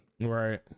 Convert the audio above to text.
right